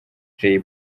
jay